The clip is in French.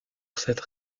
cette